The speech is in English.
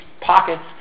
pockets